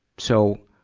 so,